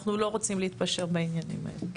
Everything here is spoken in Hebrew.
ואנחנו לא רוצים להתפשר בעניינים האלה.